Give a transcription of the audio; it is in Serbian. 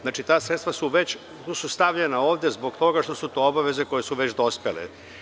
Znači, ta sredstva su već stavljena ovde zbog toga što su to obaveze koje su već dospele.